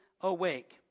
awake